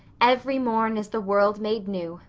every morn is the world made new,